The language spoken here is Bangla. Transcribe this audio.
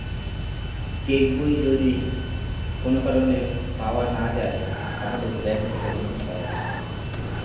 চেক বই যদি কোন কারণে পাওয়া না যায়, তাহলে ব্যাংক থেকে নতুন পাওয়া যায়